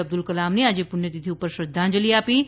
અબ્દુલ કલામની આજે પુણ્યતિથિ પર શ્રદ્વાંજલિ આપી છે